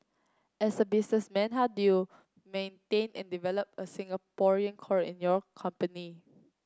as a businessman how do you maintain and develop a Singaporean core in your company